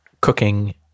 cooking